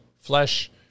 flesh